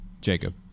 Jacob